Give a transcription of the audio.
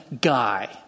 guy